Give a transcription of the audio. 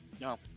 No